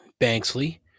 Banksley